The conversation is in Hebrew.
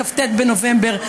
בכ"ט בנובמבר,